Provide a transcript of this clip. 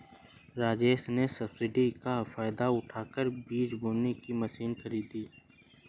राजेश ने सब्सिडी का फायदा उठाकर बीज बोने की मशीन खरीदी